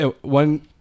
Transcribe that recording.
one